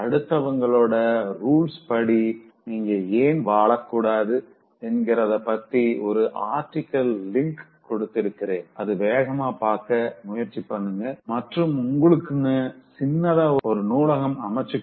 அடுத்தவங்களோட ரூல்ஸ் படி நீங்க ஏன் வாழக்கூடாது என்கிறது பத்தி ஒரு ஆர்ட்டிக்கலின் லிங்க் கொடுத்திருக்கேன்அத வேகமா பாக்க முயற்சி பண்ணுங்க மற்றும் உங்களுக்குனு சின்னதா ஒரு நூலகம் அமச்சுங்கோ